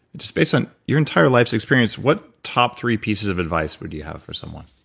just based on your entire life's experience, what top three pieces of advice would you have for someone?